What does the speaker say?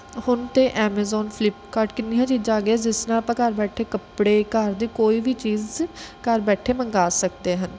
ਹੁਣ ਤਾਂ Amazon Flipkart ਕਿੰਨੀਆਂ ਚੀਜ਼ਾਂ ਆ ਗਈਆਂ ਜਿਸ ਨਾਲ ਆਪਾਂ ਘਰ ਬੈਠੇ ਕੱਪੜੇ ਘਰ ਦੀ ਕੋਈ ਵੀ ਚੀਜ਼ ਘਰ ਬੈਠੇ ਮੰਗਵਾ ਸਕਦੇ ਹਨ